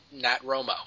Natromo